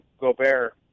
Gobert